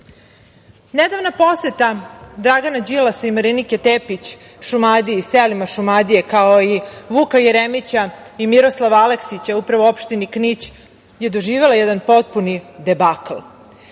Srbiju. Nedavna poseta Dragana Đilasa i Marinike Tepić Šumadiji, selima Šumadije, kao i Vuka Jeremića i Miroslava Aleksića opštini Knić je doživela jedan potpuni debakl.